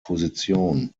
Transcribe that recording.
position